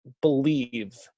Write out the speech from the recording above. believe